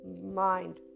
mind